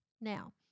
Now